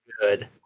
good